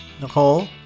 Nicole